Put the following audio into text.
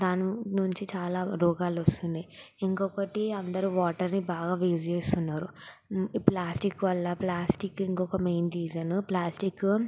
దాని నుంచి చాలా రోగాలు వస్తున్నాయి ఇంకొకటి అందరూ వాటర్ని బాగా వేస్ట్ చేస్తున్నారు ప్లాస్టిక్ వల్ల ప్లాస్టిక్ ఇంకొక మెయిన్ రీజను ప్లాస్టిక్